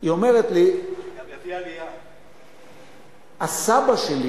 היא אומרת לי: הסבא שלי